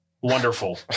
wonderful